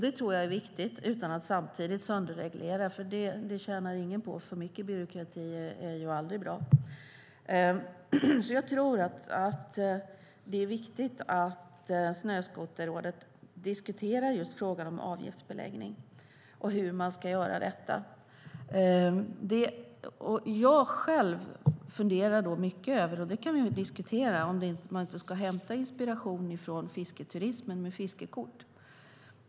Det tror jag är viktigt, utan att man samtidigt sönderreglerar. Det tjänar ingen på. För mycket byråkrati är aldrig bra. Jag tror därför att det är viktigt att Snöskoterrådet diskuterar just frågan om avgiftsbeläggning och hur man ska göra detta. Jag själv funderar mycket över, och det kan vi diskutera, om man inte ska hämta inspiration från fisketurismen med sina fiskekort.